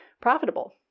profitable